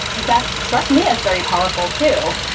that struck me as very powerful, too.